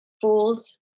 Fools